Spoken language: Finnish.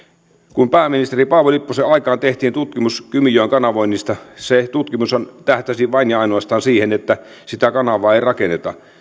kun pääministeri paavo lipposen aikana tehtiin tutkimus kymijoen kanavoinnista se tutkimus tähtäsi vain ja ainoastaan siihen että sitä kanavaa ei rakenneta